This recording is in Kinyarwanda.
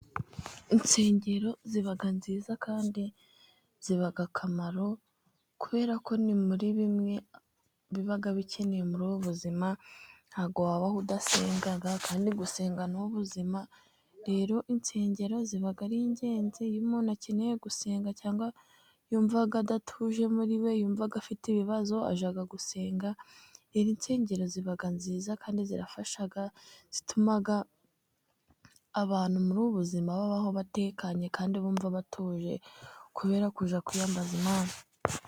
Insengero ziba nziza kandi ziba akamaro kubera ko ni muri bimwe biba bikenewe muri ubu buzima. Ntabwo wabaho udasenga, kandi gusenga ni ubuzima. Rero insengero ziba ari ingenzi. Iyo umuntu akeneye gusenga cyangwa yumva adatuje muri we, yumva afite ibibazo ajya gusenga. Insengero ziba nziza kandi zirafasha. Zituma abantu mu buzima babaho batekanye, kandi bumva batuje kubera kujya kwiyambaza Imana.